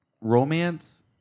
Romance